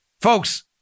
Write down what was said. Folks